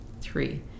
Three